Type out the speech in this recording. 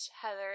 Heather